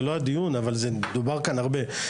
זה לא הדיון אבל זה דובר כאן הרבה.